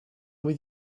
with